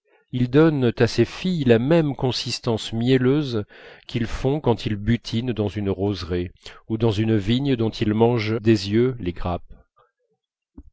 ils donnent à ces filles la même consistance mielleuse qu'ils font quand ils butinent dans une roseraie ou dans une vigne dont ils mangent des yeux les grappes